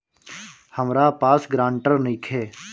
हमरा पास ग्रांटर नइखे?